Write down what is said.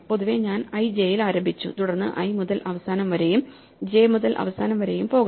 പൊതുവേ ഞാൻ ij യിൽ ആരംഭിച്ചു തുടർന്ന് i മുതൽ അവസാനം വരെയും j മുതൽ അവസാനം വരെയും പോകണം